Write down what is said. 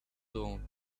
dawn